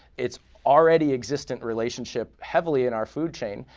its already existent relationship heavily in our food chain,